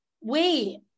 Wait